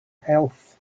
health